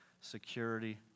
security